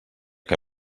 que